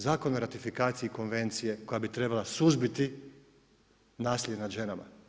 Zakon o ratifikacije konvencije koja bi trebala suzbiti nasilje nad ženama.